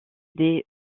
des